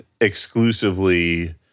exclusively